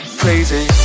crazy